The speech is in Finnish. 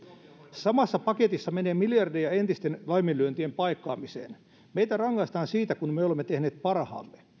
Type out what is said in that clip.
samassa paketissa menee miljardeja entisten laiminlyöntien paikkaamiseen meitä rangaistaan siitä kun me olemme tehneet parhaamme